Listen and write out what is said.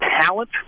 talent